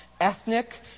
ethnic